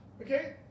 Okay